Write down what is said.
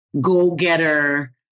go-getter